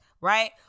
right